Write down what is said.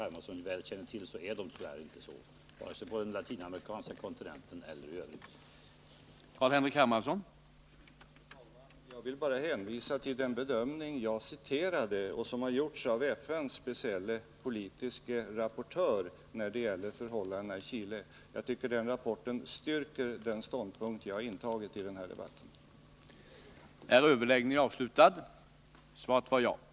Hermansson väl känner till är det tyvärr inte så, vare sig på den latinamerikanska kontinenten eller i övrigt.